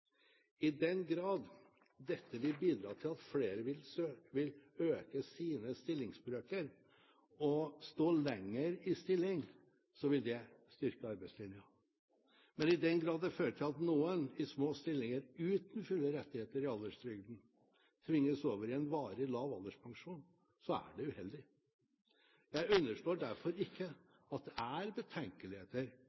I den grad dette vil bidra til at flere vil øke sine stillingsbrøker og stå lenger i stilling, vil det styrke arbeidslinja. Men i den grad det fører til at noen i små stillinger uten fulle rettigheter i alderstrygden tvinges over i en varig lav alderspensjon, er det uheldig. Jeg underslår derfor ikke